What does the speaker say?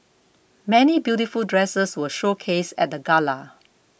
many beautiful dresses were showcased at the gala